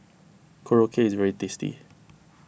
Korokke is very tasty